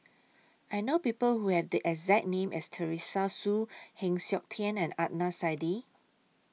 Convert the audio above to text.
I know People Who Have The exact name as Teresa Hsu Heng Siok Tian and Adnan Saidi